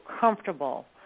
comfortable